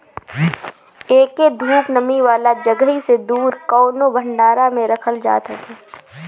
एके धूप, नमी वाला जगही से दूर कवनो भंडारा में रखल जात हवे